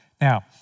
Now